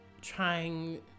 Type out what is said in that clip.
trying